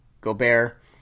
Gobert